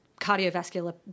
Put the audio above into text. cardiovascular